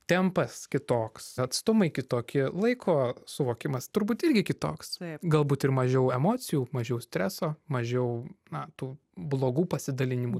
tempas kitoks atstumai kitoki laiko suvokimas turbūt irgi kitoks galbūt ir mažiau emocijų mažiau streso mažiau na tų blogų pasidalinimų